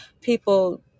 people